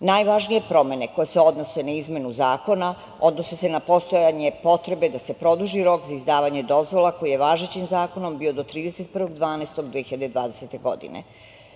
promene koje se odnose na izmenu zakona odnose se na postojanje potrebe da se produži rok za izdavanje dozvola koji je važećim zakonom bio do 31. decembra 2020.